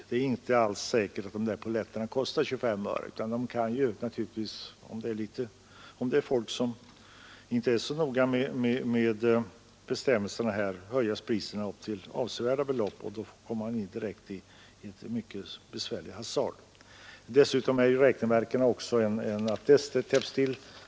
Det är inte alls säkert att polletterna kostar 25 öre, utan folk som inte är så noga med bestämmelserna kan naturligtvis höja priset upp till avsevärda belopp, och då blir följden ett riskabelt hasardspel. Den andra bestämmelsen innebär att kryphålet med räkneverken täpps till.